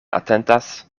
atentas